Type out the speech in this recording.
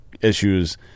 issues